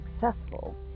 successful